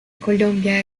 colombia